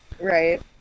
Right